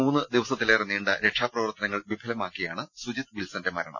മൂന്നു ദിവസത്തിലേറെ നീണ്ട രക്ഷാ പ്രവർത്തനങ്ങൾ വിഫലമാക്കിയാണ് സുജിത്ത് വിൽസന്റെ മരണം